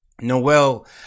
Noel